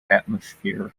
atmosphere